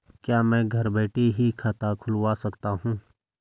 क्या मैं घर बैठे ही खाता खुलवा सकता हूँ?